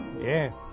Yes